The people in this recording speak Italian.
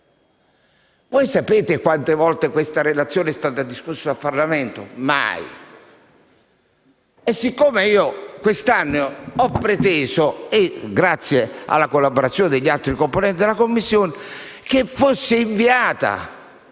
Sapete quante volte questa relazione è stata discussa dal Parlamento? Mai.